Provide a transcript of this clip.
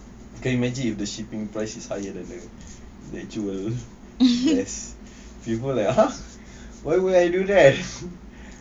can you imagine if the shipping price is higher than the actual dress people like !huh! why would I do that